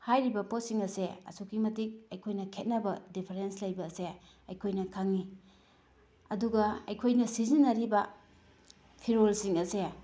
ꯍꯥꯏꯔꯤꯕ ꯄꯣꯠꯁꯤꯡ ꯑꯁꯦ ꯑꯁꯨꯛꯀꯤ ꯃꯇꯤꯛ ꯑꯩꯈꯣꯏꯅ ꯈꯦꯅꯕ ꯗꯤꯐꯔꯦꯟꯁ ꯂꯩꯕ ꯑꯁꯦ ꯑꯩꯈꯣꯏꯅ ꯈꯪꯏ ꯑꯗꯨꯒ ꯑꯩꯈꯣꯏꯅ ꯁꯤꯖꯤꯟꯅꯔꯤꯕ ꯐꯤꯔꯣꯜꯁꯤꯡ ꯑꯁꯦ